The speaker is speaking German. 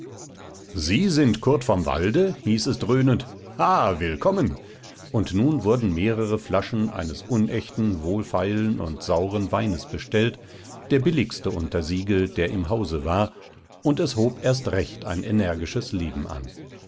sie sind kurt vom walde hieß es dröhnend ha willkommen und nun wurden mehrere flaschen eines unechten wohlfeilen und sauren weines bestellt der billigste unter siegel der im hause war und es hob erst recht ein energisches leben an